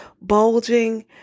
bulging